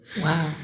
Wow